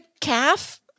calf